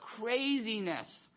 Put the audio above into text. craziness